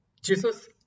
Jesus